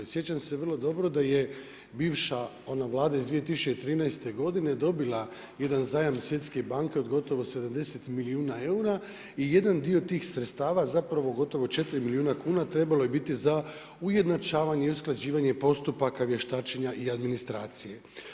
Sjećam se vrlo dobro da je bivša ona vlada iz 2013. godine dobila jedan zajam Svjetske banke od gotovo 70 milijuna eura i jedan dio tih sredstava zapravo gotovo 4 milijuna kuna trebalo je biti za ujednačavanje i usklađivanje postupaka vještačenja i administracije.